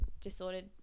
disordered